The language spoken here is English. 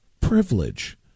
privilege